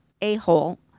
a-hole